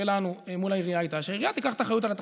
שלנו מול העירייה הייתה שהעירייה תיקח את האחריות על התחזוקה.